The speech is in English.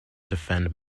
defend